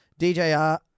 DJR